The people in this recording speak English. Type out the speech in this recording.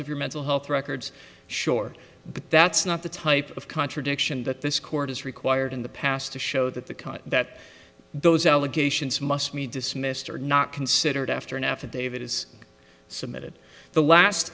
of your mental health records sure but that's not the type of contradiction that this court is required in the past to show that the kind that those allegations must mean dismissed or not considered after an affidavit is submitted the last